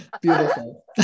Beautiful